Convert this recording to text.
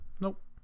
nope